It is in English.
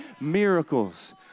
Miracles